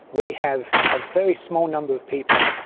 we have a very small number of people,